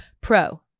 Pro